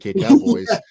Cowboys